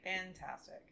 Fantastic